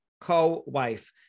co-wife